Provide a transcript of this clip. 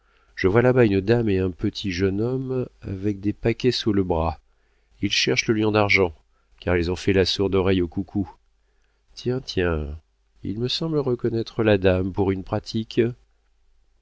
je vois là-bas une dame et un petit jeune homme avec des paquets sous le bras ils cherchent le lion d'argent car ils ont fait la sourde oreille aux coucous tiens tiens il me semble reconnaître la dame pour une pratique